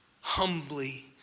humbly